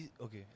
Okay